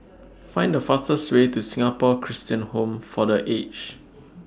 Find The fastest Way to Singapore Christian Home For The Aged